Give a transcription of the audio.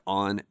on